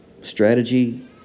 strategy